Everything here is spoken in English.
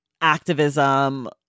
activism